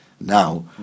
now